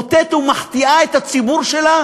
חוטאת ומחטיאה את הציבור שלה